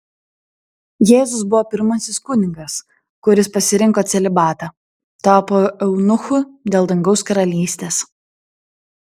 jėzus buvo pirmasis kunigas kuris pasirinko celibatą tapo eunuchu dėl dangaus karalystės